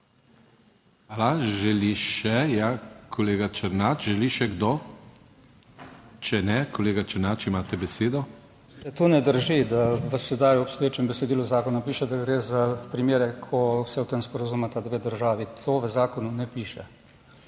Želi še, ja, kolega Černač, želi še kdo? Če ne, kolega Černač, imate besedo. **ZVONKO ČERNAČ (PS SDS):** Da to ne drži, da v sedaj v obstoječem besedilu zakona piše, da gre za primere, ko se o tem sporazumeta dve državi. To v zakonu ne piše.